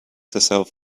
herself